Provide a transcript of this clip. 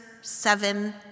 seven